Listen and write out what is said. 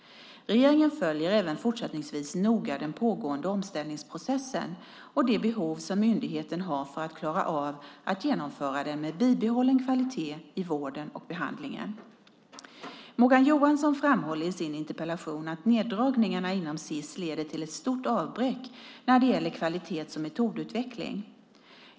Regeringen följer även fortsättningsvis noga den pågående omställningsprocessen och de behov som myndigheten har för att klara av att genomföra den med bibehållen kvalitet i vården och behandlingen. Morgan Johansson framhåller i sin interpellation att neddragningarna inom SiS leder till ett stort avbräck när det gäller kvalitets och metodutveckling.